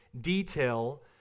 detail